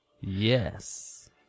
Yes